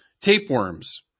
Tapeworms